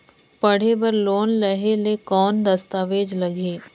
पढ़े बर लोन लहे ले कौन दस्तावेज लगही?